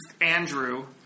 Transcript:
Andrew